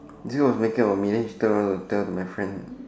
this girl was making out with me then she turn around to tell to my friend